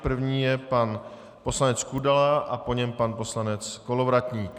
První je pan poslanec Kudela a po něm pan poslanec Kolovratník.